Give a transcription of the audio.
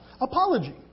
Apology